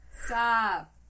stop